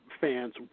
fans